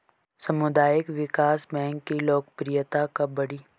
सामुदायिक विकास बैंक की लोकप्रियता कब बढ़ी?